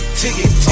ticket